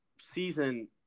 season